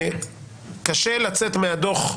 קשה לצאת מהדוח,